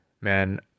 man